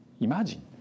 imagine